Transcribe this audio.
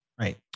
right